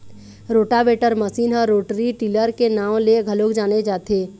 rotavator machine ह rotary tiller के नांव ले घलोक जाने जाथे